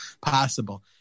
possible